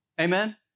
Amen